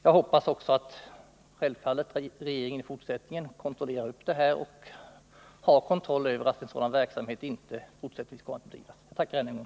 Jag hoppas självfallet också att regeringen även i fortsättningen kontrollerar verksamheten vid ambassaden och har kontroll över att sådan verksamhet inte fortsättningsvis kan bedrivas. Jag tackar än en gång.